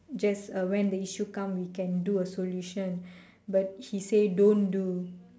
just uh when the issue come we can do a solution but he say don't do